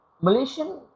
Malaysian